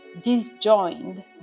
disjoined